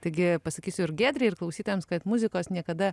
taigi pasakysiu ir giedrei ir klausytojams kad muzikos niekada